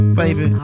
baby